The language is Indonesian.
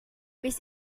bis